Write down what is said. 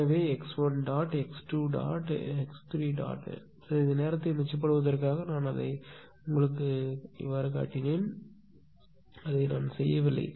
எனவே x1 x2 x3 சிறிது நேரத்தை மிச்சப்படுத்துவதற்காக நான் அதைச் க் காட்டினேன் ஆனால் நான் இதைச் செய்யவில்லை